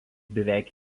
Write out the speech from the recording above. beveik